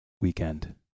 weekend